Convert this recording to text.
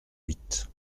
huit